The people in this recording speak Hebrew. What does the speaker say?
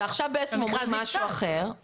ועכשיו בעצם אומרים משהו אחר.